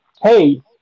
hey